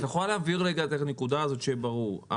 את יכולה להבהיר רגע את הנקודה הזאת, שיהיה ברור.